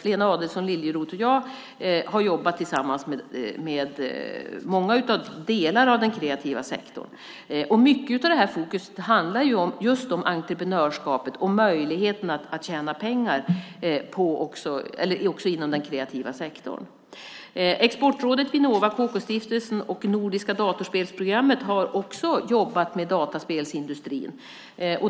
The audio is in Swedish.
Lena Adelsohn Liljeroth och jag har jobbat tillsammans med många delar av den kreativa sektorn. Mycket av det här fokuset handlar just om entreprenörskapet och möjligheterna att tjäna pengar också inom den kreativa sektorn. Exportrådet, Vinnova, KK-stiftelsen och Nordiska datorspelsprogrammet har också jobbat med dataspelsindustrin.